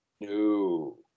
No